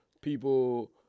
people